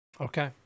Okay